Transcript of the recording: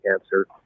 cancer